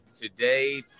today